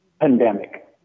pandemic